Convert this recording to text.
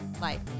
Life